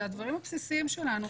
זה הדברים הבסיסיים שלנו,